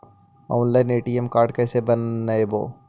Online ATM card कैसे बनाबौ?